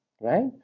right